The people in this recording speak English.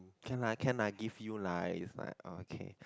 can lah can lah give you like it's like okay